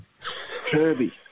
Kirby